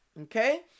Okay